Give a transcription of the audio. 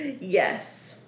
Yes